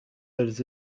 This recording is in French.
elles